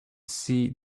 see